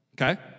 Okay